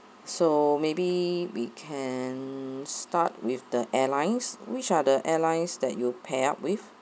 so maybe we can start with the airlines which are the airlines that you pair up with